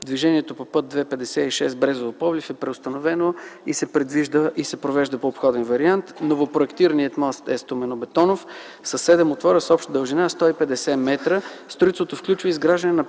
движението по път ІІ-56 Брезово-Пловдив е преустановено и се провежда по обходен вариант. Новопроектираният мост е стоманобетонов със седем отвора с обща дължина 150 метра. Строителството включва изграждане на